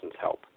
help